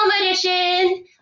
edition